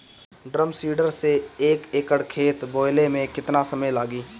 Drum seeder से एक एकड़ खेत बोयले मै कितना समय लागी?